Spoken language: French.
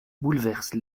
bouleverse